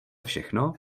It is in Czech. všechno